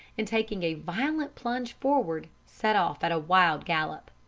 and taking a violent plunge forward, set off at a wild gallop.